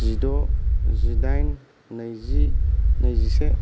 जिद' जिदाइन नैजि नैजिसे